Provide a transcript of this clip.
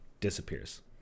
disappears